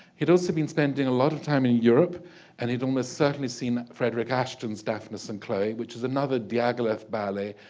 he'd also been spending a lot of time in europe and he'd almost certainly seen frederick ashton daphnis and chloe which is another diaghilev ballet